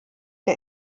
der